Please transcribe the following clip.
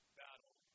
battle